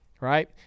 Right